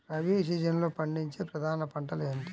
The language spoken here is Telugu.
రబీ సీజన్లో పండించే ప్రధాన పంటలు ఏమిటీ?